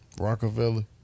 Rockefeller